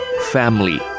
family